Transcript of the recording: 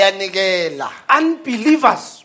Unbelievers